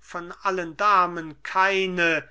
von allen damen keine